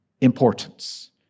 importance